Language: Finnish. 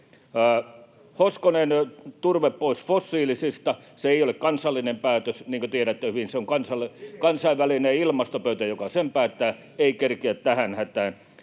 Hoskonen: turve pois fossiilisista. — Se ei ole kansallinen päätös, niin kuin tiedätte hyvin, [Hannu Hoskosen välihuuto] se on kansainvälinen ilmastopöytä, joka sen päättää. Se ei kerkiä tähän hätään.